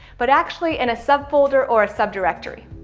but actually in a sub-folder or a sub-directory.